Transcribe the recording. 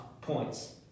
points